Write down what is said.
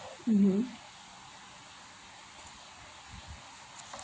mmhmm